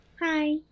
Hi